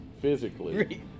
physically